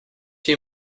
you